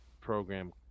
program